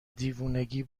دیوونگی